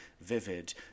vivid